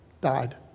died